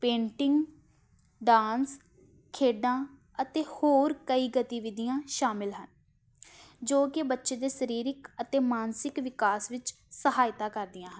painting dance ਖੇਡਾਂ ਅਤੇ ਹੋਰ ਕਈ ਗਤੀਵਿਧੀਆਂ ਸ਼ਾਮਿਲ ਹਨ ਜੋ ਕਿ ਬੱਚੇ ਦੇ ਸਰੀਰਿਕ ਅਤੇ ਮਾਨਸਿਕ ਵਿਕਾਸ ਵਿੱਚ ਸਹਾਇਤਾ ਕਰਦੀਆਂ ਹਨ